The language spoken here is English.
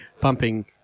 pumping